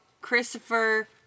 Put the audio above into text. Christopher